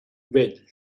vell